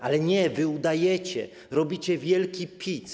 Ale nie, wy udajecie, robicie wielki pic.